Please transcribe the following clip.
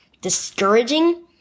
discouraging